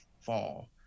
fall